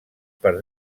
per